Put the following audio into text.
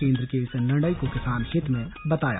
केंद्र के इस निर्णय को किसान हित में बताया